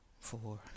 four